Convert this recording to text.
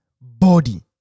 body